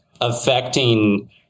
affecting